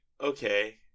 okay